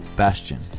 Bastion